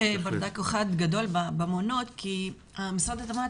יש ברדק אחד גדול במעונות כי משרד התמ"ת